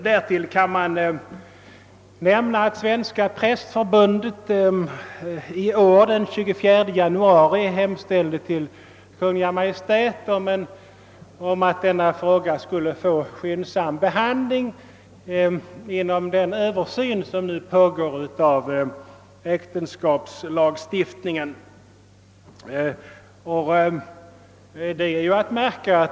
Därtill kan man nämna att Svenska prästförbundet den 24 januari i år hemställde till Kungl. Maj:t att denna fråga skulle få skyndsam behandling inom ramen för den översyn av äktenskapslagstiftningen som nu pågår.